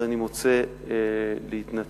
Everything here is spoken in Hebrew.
אז אני רוצה להתנצל.